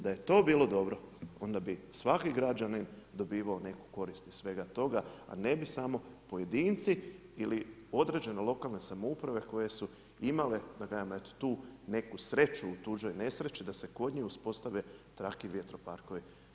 Da je to bilo dobro, onda bi svaki građanin dobivao neku korist iz svega toga, a ne bi samo pojedinci ili određene lokalne samouprave koje su imate, da kažem tu neku sreću u tuđoj nesreći da se kod njih uspostave … vjetroparkovi.